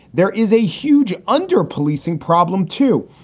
there is a huge under policing problem, too.